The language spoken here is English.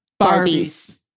Barbies